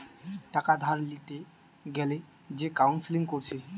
টাকা ধার লিতে গ্যালে যে কাউন্সেলিং কোরছে